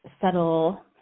subtle